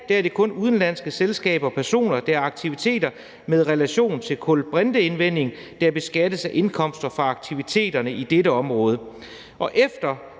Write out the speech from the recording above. er det kun udenlandske selskaber og personer, der har aktiviteter med relation til kulbrinteindvinding, der beskattes af indkomster fra aktiviteterne på dette område. Efter